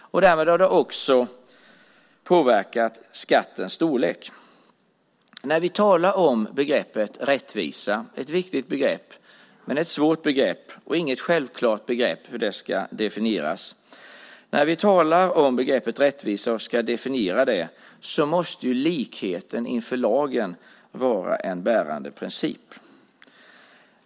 Därmed har det också påverkat skattens storlek. När vi talar om begreppet rättvisa - ett viktigt men svårt begrepp, och det är inte självklart hur det ska definieras - måste likheten inför lagen vara en bärande princip.